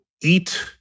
eat